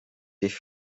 dich